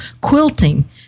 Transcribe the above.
quilting